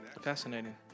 Fascinating